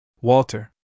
Walter